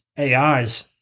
AIs